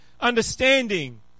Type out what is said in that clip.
understanding